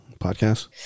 podcast